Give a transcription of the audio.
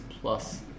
plus